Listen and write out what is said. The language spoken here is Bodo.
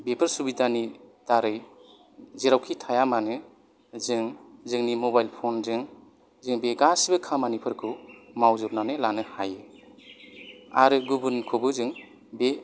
बेफोर सुबिदानि दारै जेरावखि थाया मानो जों जोंनि मबाइल फनजों जों बे गासिबो खामानिफोरखौ मावजोबनानै लानो हायो आरो गुबुनखौबो जों बे